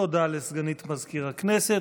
תודה לסגנית מזכיר הכנסת.